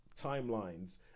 timelines